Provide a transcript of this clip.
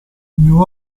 new